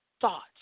thoughts